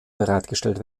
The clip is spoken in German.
bereitgestellt